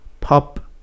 pop